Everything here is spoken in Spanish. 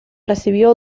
recibió